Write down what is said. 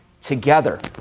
together